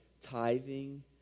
tithing